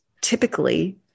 typically